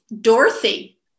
Dorothy